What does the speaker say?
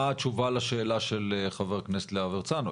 מה התשובה לשאלה של חבר הכנסת להב הרצנו?